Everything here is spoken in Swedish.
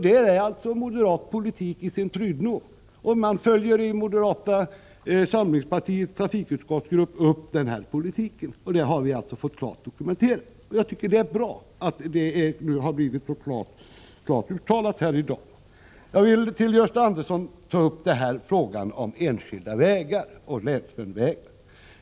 Det är moderat politik i sin prydno. Moderata samlingspartiets trafikutskottsgrupp följer upp denna politik — det har vi fått klart dokumenterat. Det är bra att det har blivit så tydligt uttalat här i dag. Jag vill med anledning av Gösta Anderssons replik beröra frågan om enskilda vägar och länsvägar.